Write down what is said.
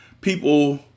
People